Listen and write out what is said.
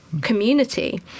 community